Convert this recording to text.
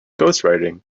ghostwriting